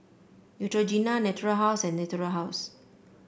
Neutrogena Natura House and Natura House